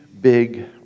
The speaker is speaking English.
big